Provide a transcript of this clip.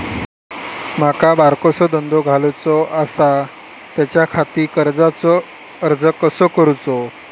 माका बारकोसो धंदो घालुचो आसा त्याच्याखाती कर्जाचो अर्ज कसो करूचो?